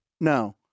no